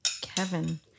Kevin